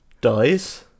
dies